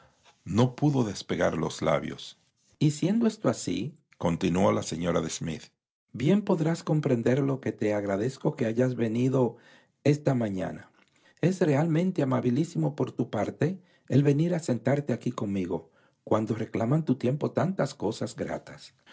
no pudo despegar sus labios y siendo esto asícontinuó la señora da smith bien podrás comprender lo que te agradezco que hayas venido esta mañana es realmente amabilísimo por tu parte el venir a sentarte aquí conmigo cuando reclaman tu tiempo tantas cosas gratas